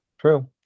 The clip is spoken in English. True